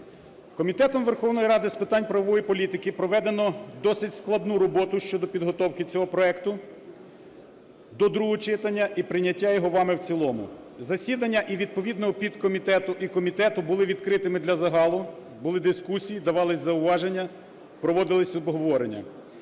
Комітетом Верховної Ради з питань правової політики проведено досить складну роботу щодо підготовки цього проекту до другого читання і прийняття його вами в цілому. Засідання і відповідного підкомітету, і комітету були відкритими для загалу, були дискусії, давались зауваження, проводились обговорення.